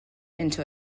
into